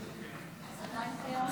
--- אז עדיין קיים סיכון?